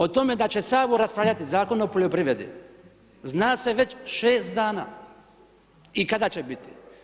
O tome da će Sabor raspravljati Zakon o poljoprivredi zna se već 6 dana i kada će biti.